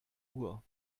uhr